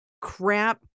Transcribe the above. crap